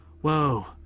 Whoa